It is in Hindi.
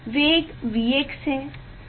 वेग V x है